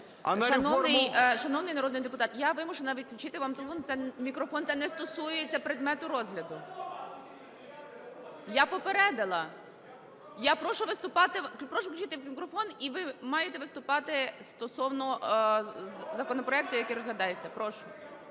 Шановний народний депутат, я вимушена відключити вам мікрофон, це не стосується предмету розгляду. (Шум у залі) Я попередила. Я прошу включити мікрофон, і ви маєте виступати стосовно законопроекту, який розглядається. Прошу.